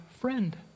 friend